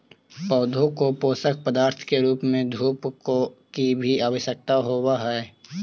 पौधों को पोषक पदार्थ के रूप में धूप की भी आवश्यकता होवअ हई